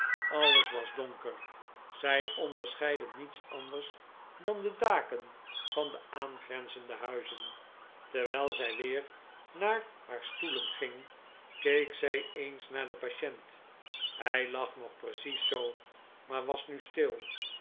alles was donker zij onderscheidde niets anders dan de daken van de aahgrenzende huizen terwijl zij weer naar haar stoelen ging keek zij eens naar den patient hij lag nog precies zoo maar was nu stil